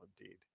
indeed